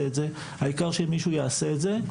העיקר שמישהו יעשה את זה,